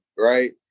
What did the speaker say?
Right